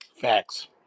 Facts